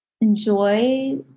enjoy